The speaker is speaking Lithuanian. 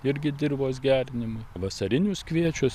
irgi dirvos gerinimui vasarinius kviečius